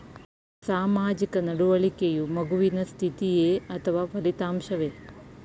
ಸಾಮಾಜಿಕ ನಡವಳಿಕೆಯು ಮಗುವಿನ ಸ್ಥಿತಿಯೇ ಅಥವಾ ಫಲಿತಾಂಶವೇ?